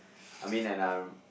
I mean and I'm